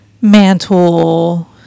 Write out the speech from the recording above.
mantle